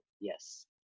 yes